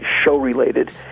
show-related